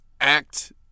act